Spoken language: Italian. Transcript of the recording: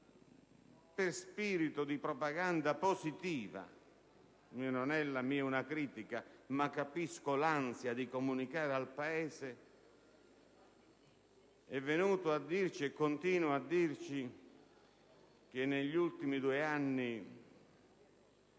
per spirito di propaganda positiva (la mia non è una critica, capisco l'ansia di comunicare al Paese), è venuto e continua a dirci che, negli ultimi due anni,